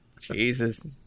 Jesus